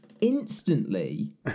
instantly